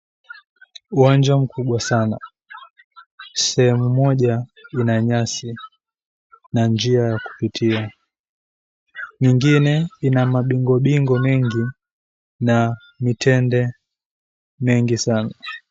Uwanja mkubwa sana. Sehemu moja, ina nyasi na njia ya kupitia. Mingine ina mabingobingo mengi na mitende mengi sana.